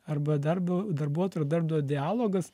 arba darbo darbuotojo ir darbdavio dialogas